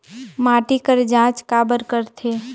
माटी कर जांच काबर करथे?